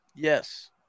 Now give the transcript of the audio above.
Yes